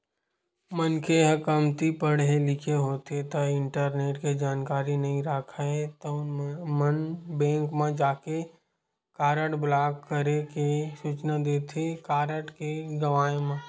मनखे ह कमती पड़हे लिखे होथे ता इंटरनेट के जानकारी नइ राखय तउन मन बेंक म जाके कारड ब्लॉक करे के सूचना देथे कारड के गवाय म